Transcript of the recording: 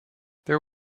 there